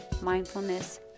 mindfulness